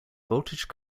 voltage